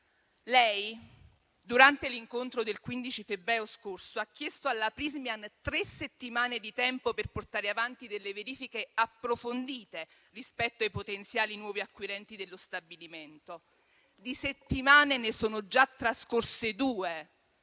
Lei, durante l'incontro del 15 febbraio scorso, ha chiesto alla Prismyan tre settimane di tempo per portare avanti verifiche approfondite rispetto ai potenziali nuovi acquirenti dello stabilimento. Di settimane ne sono già trascorse due